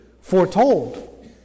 foretold